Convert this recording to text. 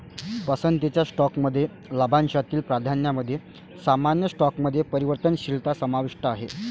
पसंतीच्या स्टॉकमध्ये लाभांशातील प्राधान्यामध्ये सामान्य स्टॉकमध्ये परिवर्तनशीलता समाविष्ट आहे